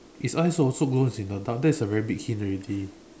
its eyes also glows in the dark that is a very big hint already